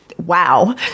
wow